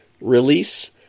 release